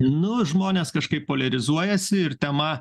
nu žmonės kažkaip poliarizuojasi ir tema